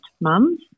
mums